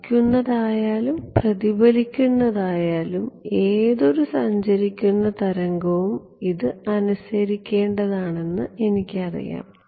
പതിക്കുന്നത് ആയാലും പ്രതിഫലിക്കുന്നത് ആയാലും ഏതൊരു സഞ്ചരിക്കുന്ന തരംഗവും ഇത് അനുസരിക്കേണ്ടതാണെന്ന് എനിക്കറിയാം